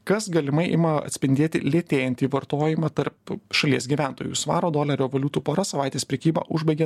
kas galimai ima atspindėti lėtėjantį vartojimą tarp šalies gyventojų svaro dolerio valiutų pora savaitės prekybą užbaigė